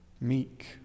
meek